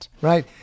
Right